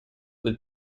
with